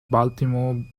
baltimore